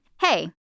hey